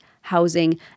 housing